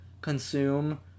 consume